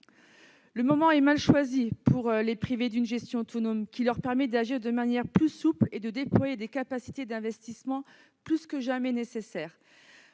Le moment est mal choisi pour les priver d'une gestion autonome, qui leur permet d'agir de manière plus souple et de déployer des capacités d'investissement plus que jamais nécessaires.